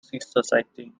society